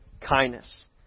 kindness